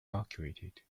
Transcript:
evacuated